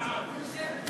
בסדר.